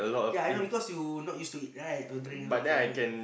ya I know because you not used to it right don't drink a lot of water